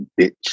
bitch